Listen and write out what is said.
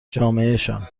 جامعهشان